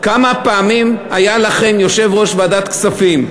כמה פעמים היה לכם יושב-ראש ועדת כספים?